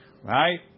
Right